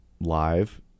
live